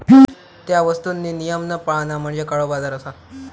त्या वस्तुंनी नियम न पाळणा म्हणजे काळोबाजार असा